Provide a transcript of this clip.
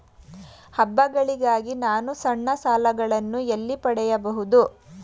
ಹಬ್ಬಗಳಿಗಾಗಿ ನಾನು ಸಣ್ಣ ಸಾಲಗಳನ್ನು ಎಲ್ಲಿ ಪಡೆಯಬಹುದು?